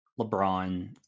LeBron